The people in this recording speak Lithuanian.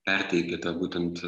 perteikė tą būtent